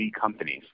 companies